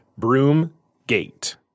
Broomgate